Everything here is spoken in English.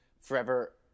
Forever